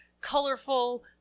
colorful